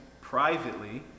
privately